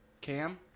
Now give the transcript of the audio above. Cam